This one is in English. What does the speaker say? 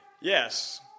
Yes